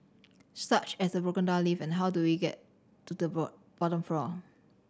such as a broken down lift and how do we get to the bottom floor